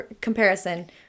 comparison